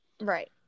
Right